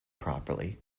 properly